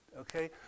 Okay